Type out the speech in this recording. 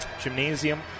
gymnasium